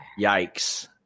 yikes